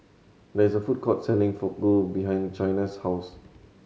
there is a food court selling Fugu behind Chyna's house